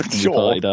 Sure